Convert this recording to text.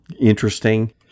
Interesting